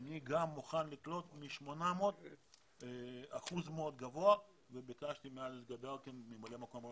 אני מוכן לקלוט אחוז מאוד גבוה מתוך ה-800 וביקשתי מאלכס גדלקין,